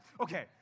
Okay